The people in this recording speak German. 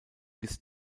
bis